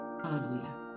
hallelujah